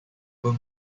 when